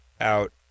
out